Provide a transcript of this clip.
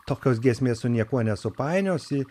tokios giesmės su niekuo nesupainiosi